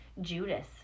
judas